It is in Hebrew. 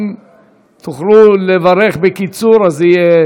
אם תוכלו לברך בקיצור זה יהיה